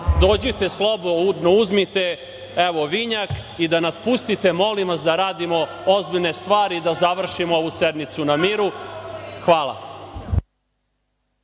slobodno, uzmite vinjak i da nas pustite da radimo ozbiljne stvari i da završimo ovu sednicu na miru. Hvala.